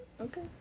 Okay